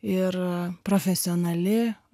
ir profesionali